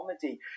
comedy